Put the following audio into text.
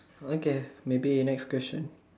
okay maybe next question